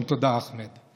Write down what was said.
תודה, אחמד.